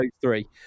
three